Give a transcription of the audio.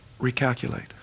Recalculate